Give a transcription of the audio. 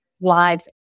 lives